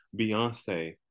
Beyonce